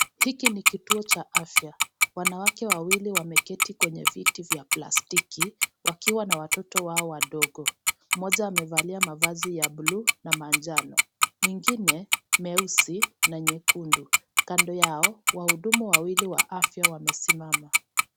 Hiki ni kituo cha afya. Wanawake wawili wameketi kwenye viti vya plastiki, wakiwa na watoto wao wadogo. Mmoja amevalia mavazi ya buluu na manjano. Mwingine, meusi na nyekundu. Kando yao, wahudumu wawili wa afya wamesimama.